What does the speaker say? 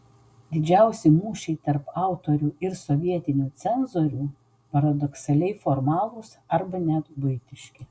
didžiausi mūšiai tarp autorių ir sovietinių cenzorių paradoksaliai formalūs arba net buitiški